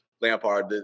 Lampard